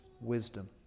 wisdom